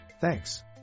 thanks